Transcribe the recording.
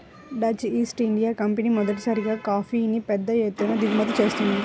Dutch East India Company మొదటిసారిగా కాఫీని పెద్ద ఎత్తున దిగుమతి చేసుకుంది